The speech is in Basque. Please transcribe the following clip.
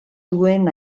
duen